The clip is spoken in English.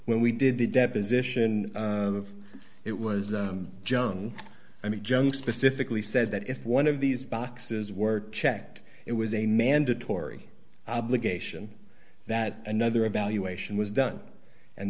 when we did the deposition it was junk i mean junk specifically said that if one of these boxes were checked it was a mandatory obligation that another evaluation was done and